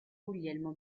guglielmo